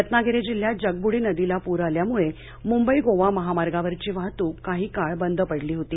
रत्नागिरी जिल्ह्यात जगब्डी नदीला पूर आल्यामुळे मुंबई गोवा महामार्गावरची वाहतूक काही काळ बंद पडली होती